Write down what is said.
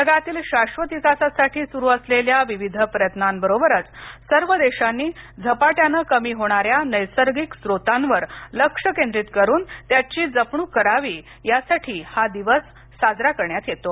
जगातील शाश्वत विकासासाठी सुरु असलेल्या विविध प्रयत्नां बरोबर सर्व देशांनी झपाट्यानेकमी होणार्या नैर्सगिक स्रोतांवर लक्ष्य केंद्रित करून त्याची जपणूक करावी यासाठीहा दिवस साजरा करण्यात येतो